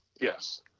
yes